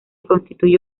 constituye